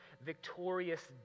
victorious